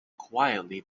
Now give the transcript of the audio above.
quietly